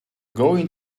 going